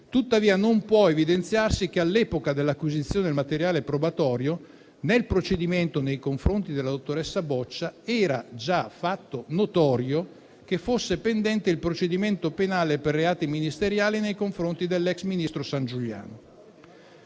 tuttavia non può non evidenziarsi che all'epoca dell'acquisizione del materiale probatorio nel procedimento nei confronti della dottoressa Boccia era già fatto notorio che fosse pendente il procedimento penale per reati ministeriali nei confronti dell'ex ministro Sangiuliano.